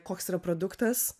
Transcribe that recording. koks yra produktas